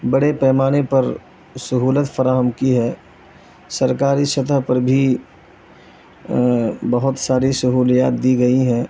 بڑے پیمانے پر سہولت فراہم کی ہے سرکاری سطح پر بھی بہت ساری سہولیات دی گئی ہیں